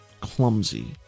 clumsy